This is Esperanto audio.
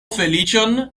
feliĉon